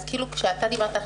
אז כאילו כשאתה דיברת,